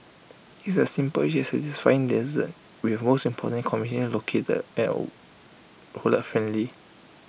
it's A simple yet satisfying dessert most importantly conveniently located friendly